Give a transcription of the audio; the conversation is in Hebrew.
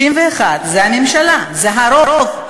61 זה הממשלה, זה הרוב.